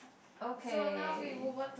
okay